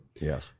yes